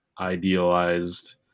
idealized